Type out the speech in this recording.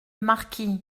marquis